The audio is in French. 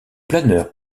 planeur